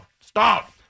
stop